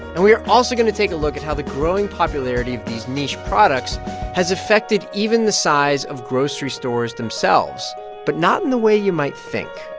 and we're also going to take a look at how the growing popularity of these niche products has affected even the size of grocery stores themselves but not in the way you might think